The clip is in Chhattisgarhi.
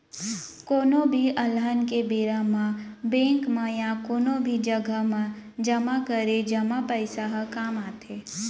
कोनो भी अलहन के बेरा म बेंक म या कोनो भी जघा म जमा करे जमा पइसा ह काम आथे